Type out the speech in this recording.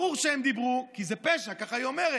ברור שהם דיברו, כי זה פשע, כך היא אומרת.